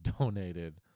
donated